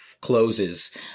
closes